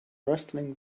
rustling